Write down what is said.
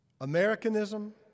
Americanism